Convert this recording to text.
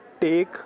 take